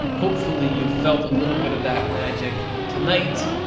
hopefully you felt a little bit of that magic tonight,